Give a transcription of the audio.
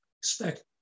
expect